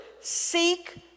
seek